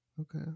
okay